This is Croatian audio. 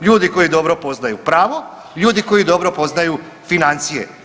Ljudi koji dobro poznaju pravo, ljudi koji dobro poznaju financije.